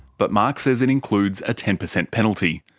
but mark says it includes a ten percent penalty.